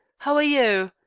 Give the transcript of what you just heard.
how are you?